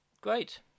great